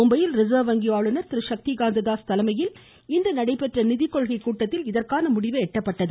மும்பையில் ரிசர்வ் வங்கி ஆளுநர் திரு சக்திகாந்த தாஸ் தலைமையில் இன்று நடைபெற்ற நிதிக்கொள்கை கூட்டத்தில் இதற்கான முடிவு எட்டப்பட்டது